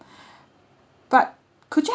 but could you